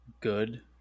good